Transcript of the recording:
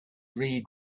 read